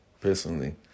personally